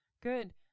Good